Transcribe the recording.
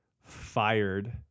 fired